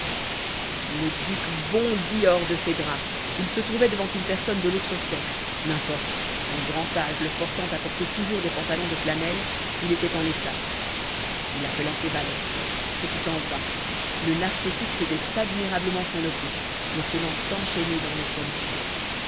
le duc bondit hors de ses draps il se trouvait devant une personne de l'autre sexe n'importe son grand âge le forçant à porter toujours des pantalons de flanelle il était en état il appela ses valets ce fut en vain le narcotique faisait admirablement son office les tenant enchaînés dans le sommeil